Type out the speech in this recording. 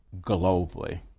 globally